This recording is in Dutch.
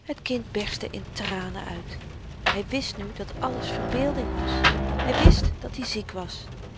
het kind berstte in tranen uit hy wist nu dat alles verbeelding was hy wist dat-i ziek was